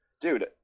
dude